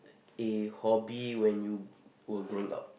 a hobby when you were grown up